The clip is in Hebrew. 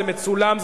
זה מצולם,